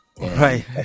Right